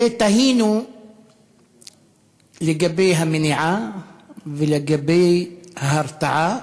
ותהינו לגבי המניעה ולגבי ההרתעה,